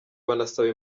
banasaba